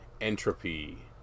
Entropy